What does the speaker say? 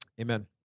Amen